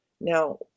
Now